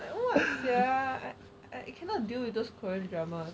like what sia I cannot deal with those korean dramas